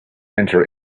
enter